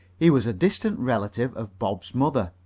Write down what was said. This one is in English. he was a distant relative of bob's mother,